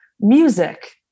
music